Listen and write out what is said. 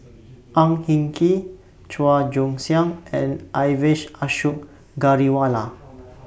Ang Hin Kee Chua Joon Siang and Ashok Ghariwala